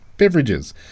beverages